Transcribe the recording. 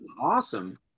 awesome